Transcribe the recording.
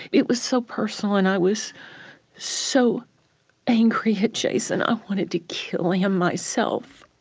it was so personal and i was so angry at jason. i wanted to kill him myself.